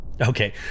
okay